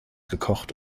gekocht